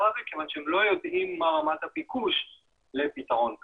הזה כיוון שהם לא יודעים מה רמת הביקוש לפתרון כזה.